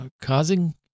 causing